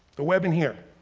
the web in here.